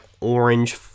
orange